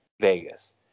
Vegas